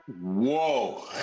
Whoa